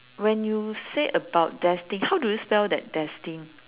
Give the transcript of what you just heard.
when you say about destined how do you spell that destined